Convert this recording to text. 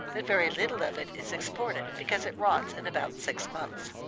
but very little of it is exported, because it rots in about six months.